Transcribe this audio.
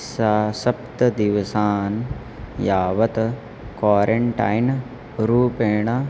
स सप्तदिवसान् यावत् क्वारण्टैन् रूपेण